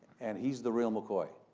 and he's the real mccoy.